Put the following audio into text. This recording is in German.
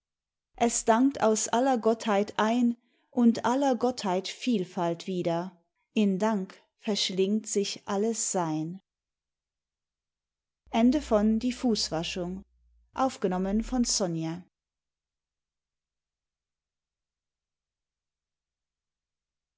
es dankt aus aller gottheit einund aller gottheit vielfalt wieder in dank verschlingt sich alles sein